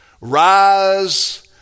Rise